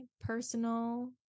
personal